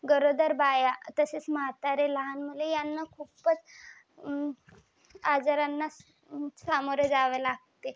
गरोदर बाया तसेच म्हातारे लहान मुले ह्यांना खूपच आजारांना सामोरे जावे लागते